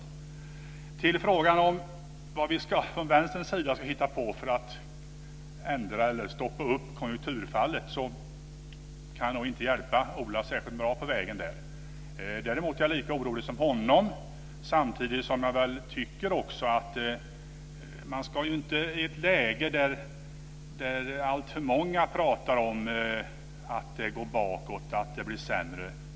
När det gäller frågan om vad vi från Vänsterns sida ska hitta på för att ändra eller stoppa konjunkturfallet kan jag nog inte hjälpa Ola särskilt mycket. Däremot är jag lika orolig som han. Samtidigt tycker jag väl att man kanske inte ska hänga på alltför snabbt i ett läge då alltför många pratar om att det går bakåt och att det blir sämre.